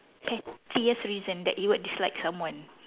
pettiest reason that you would dislike someone